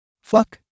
Fuck